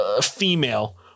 female